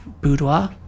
boudoir